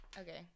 okay